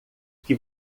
que